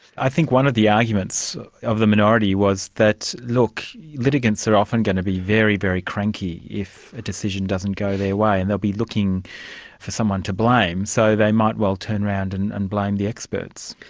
i think one of the arguments of the minority was that look, litigants are often going to be very, very cranky if a decision doesn't go their way and they'll be looking for someone to blame. so they might well turn around and and blame the experts.